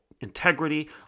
Integrity